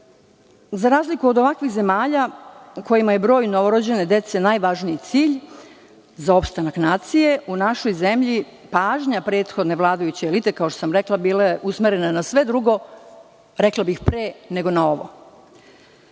razliku od ovakvih zemalja u kojima je broj novorođene dece najvažniji cilj za opstanak nacije, u našoj zemlji pažnja prethodne vladajuće elite, kao što sam rekla, bila je usmerena na sve drugo, rekla bih pre nego na ovo.